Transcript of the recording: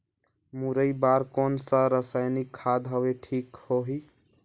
मुरई बार कोन सा रसायनिक खाद हवे ठीक होही?